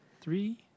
three